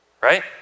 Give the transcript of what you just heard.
right